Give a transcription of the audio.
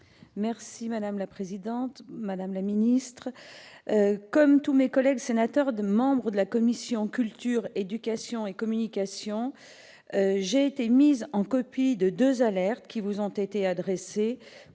Merci madame la présidente, madame la ministre, comme tous mes collègues sénateurs de membres de la commission culture, éducation et communication, j'ai été mise en copie de 2 alertes qui vous ont été adressées